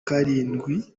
karindwi